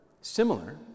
similar